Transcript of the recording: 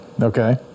Okay